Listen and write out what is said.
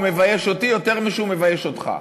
הוא מבייש אותי יותר משהוא מבייש אותך.